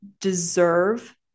deserve